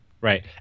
Right